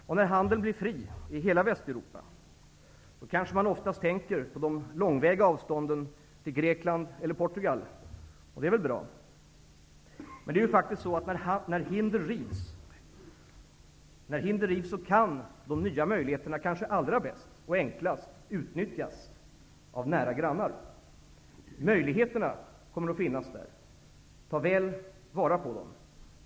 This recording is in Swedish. Och när handeln blir fri i hela Västeuropa, då kanske man oftast tänker på de långväga avstånden till Grekland eller Portugal, och det är väl bra. Men det är ju faktiskt så, att när hinder rivs, kan de nya möjligheterna kanske allra bäst och enklast utnyttjas av nära grannar. Möjligheterna kommer att finnas där, ta väl vara på dem!